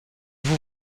vous